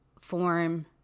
form